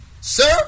sir